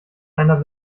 einer